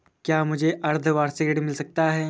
क्या मुझे अर्धवार्षिक ऋण मिल सकता है?